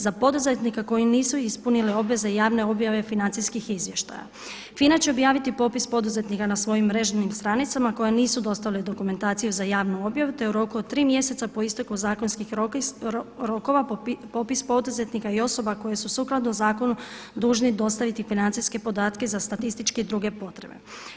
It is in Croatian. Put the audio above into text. Za poduzetnike koji nisu ispunili obaveze javne objave financijskih izvještaja FINA će objaviti popis poduzetnika na svojim mrežnim stranicama koja nisu dostavila dokumentaciju za javnu objavu te u roku od 3 mjeseca po isteku zakonskih rokova popis poduzetnika i osoba koje su sukladno zakonu dužni dostaviti financijske podatke za statističke i druge potrebe.